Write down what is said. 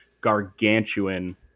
gargantuan